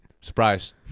surprise